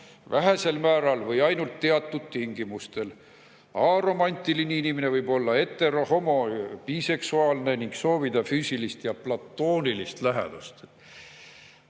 vähesel määral või ainult teatud tingimustel. Aromantiline inimene võib olla hetero-, homo-, biseksuaalne jne ning soovida füüsilist või platoonilist lähedust."